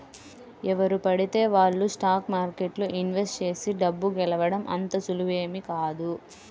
ఎవరు పడితే వాళ్ళు స్టాక్ మార్కెట్లో ఇన్వెస్ట్ చేసి డబ్బు గెలవడం అంత సులువేమీ కాదు